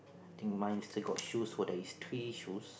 think mine still got shoes for there is three shoes